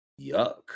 yuck